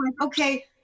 Okay